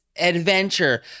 adventure